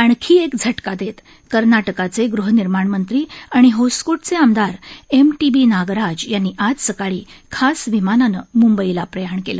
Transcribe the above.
आणखी एक झटका देत कर्नाटकाचे गृहनिर्माण मंत्री आणि होस्कोटचे आमदार एम टी बी नागराज यांनी आज सकाळी खास विमानानं मुंबईला प्रयाण केलं